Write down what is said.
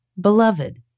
Beloved